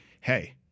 hey